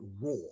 raw